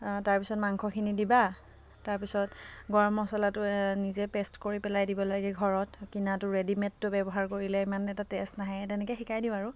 তাৰপিছত মাংসখিনি দিবা তাৰপিছত গৰম মছলাটো নিজে পেষ্ট কৰি পেলাই দিব লাগে ঘৰত কিনাটো ৰেডিমেডটো ব্যৱহাৰ কৰিলে ইমান এটা টেষ্ট নাহে তেনেকৈ শিকাই দিওঁ আৰু